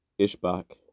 Ishbak